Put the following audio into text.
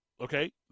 okay